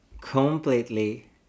completely